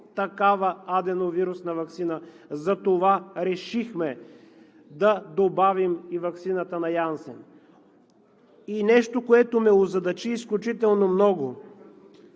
такава аденовирусна ваксина. Затова решихме да добавим и ваксината на Janssen. И нещо, което ме озадачи изключително много